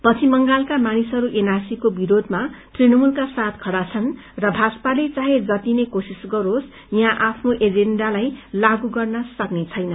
पश्चिम बंगालका मानिसहरू एनआरसीको विरोधमा तृणमूलका साथ खड़ा छन् र भाजपाले चाहे जति नै कोशिश गरोस यहाँ आफ्नो एजेण्डालाई लागू गर्न सक्नेछैन